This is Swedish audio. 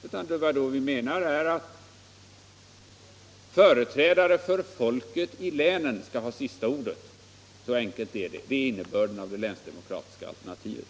Men vad vi menar med det länsdemokratiska alternativet är i stället att företrädare för folket i länen skall ha sista ordet.